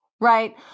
Right